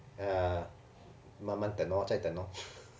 uh 慢慢等 lor 再等 lor